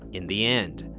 in the end,